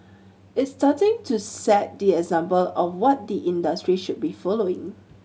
it's starting to set the example of what the industry should be following